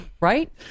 Right